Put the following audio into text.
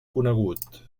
conegut